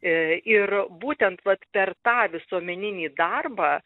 ir būtent vat per tą visuomeninį darbą